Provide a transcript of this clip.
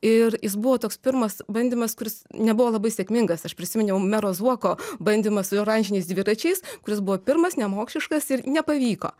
ir jis buvo toks pirmas bandymas kuris nebuvo labai sėkmingas aš prisiminiau mero zuoko bandymą su oranžiniais dviračiais kuris buvo pirmas nemokšiškas ir nepavyko